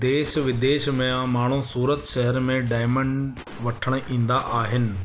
देश विदेश में आहे माण्हू सूरत शहर में डायमंड वठणु ईंदा आहिनि